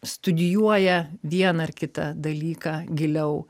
studijuoja vieną ar kitą dalyką giliau